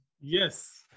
Yes